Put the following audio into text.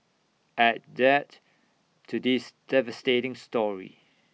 add that to this devastating story